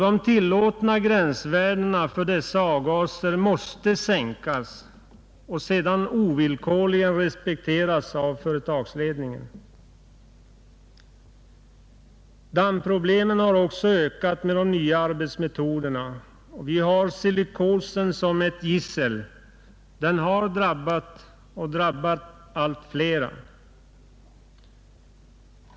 De tillåtna gränsvärdena för dessa avgaser måste sänkas och sedan ovillkorligen respekteras av företagsledningen. Dammproblemen har också ökat med de nya arbetsmetoderna. Vi har silikosen som ett gissel. Den har drabbat och drabbar allt flera.